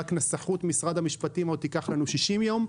רק נסחות משרד המשפטים תיקח לנו 60 יום,